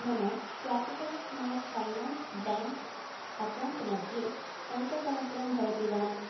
मम capital small finance bank अक्कौण्ट्मध्ये पञ्चसहस्रं भवति वा